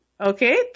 okay